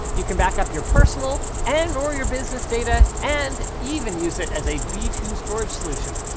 you can backup your personal and or your business data, and even use it as a b two storage solution.